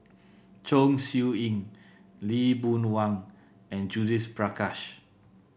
Chong Siew Ying Lee Boon Wang and Judith Prakash